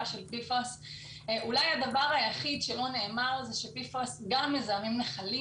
של PFOS. אולי הדבר היחיד שלא נאמר זה ש-PFOS גם מזהמים נחלים.